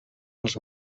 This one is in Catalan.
els